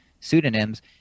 pseudonyms